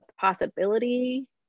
possibility